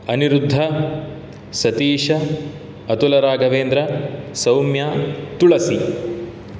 Anirudh Satish अतुलराघवेन्द्र Saumya Tulsi